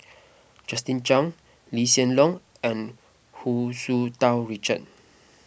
Justin Zhuang Lee Hsien Loong and Hu Tsu Tau Richard